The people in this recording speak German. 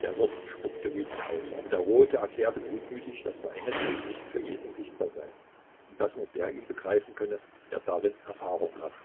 der wirt spuckte bloß wütend aus aber der rote erklärte gutmütig daß der engelsweg nicht für jeden sichtbar sei und daß nur der ihn begreifen könne der darin erfahrung habe